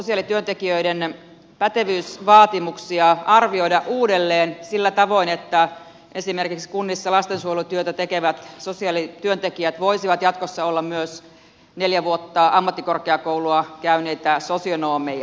voitaisiinko sosiaalityöntekijöiden pätevyysvaatimuksia arvioida uudelleen sillä tavoin että esimerkiksi kunnissa lastensuojelutyötä tekevät sosiaalityöntekijät voisivat jatkossa olla myös neljä vuotta ammattikorkeakoulua käyneitä sosionomeja